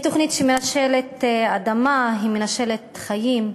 היא תוכנית שמנשלת אדמה, היא מנשלת חיים,